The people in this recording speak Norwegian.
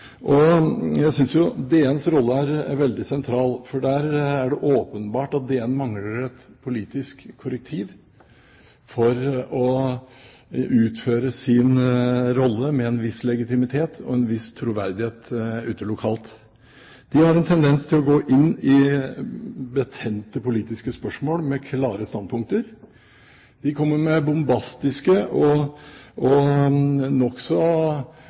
Jeg synes at Direktoratet for naturforvaltnings rolle er veldig sentral. Det er åpenbart at DN mangler et politisk korrektiv for å utføre sin rolle med en viss legitimitet og en viss troverdighet ute lokalt. De har en tendens til å gå inn i betente politiske spørsmål med klare standpunkter. De kommer med bombastiske og nokså udokumenterte påstander om følsomme temaer, og